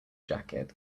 jacket